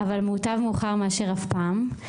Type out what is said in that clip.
אבל מוטב מאוחר מאשר אף פעם.